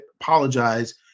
apologize